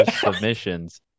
submissions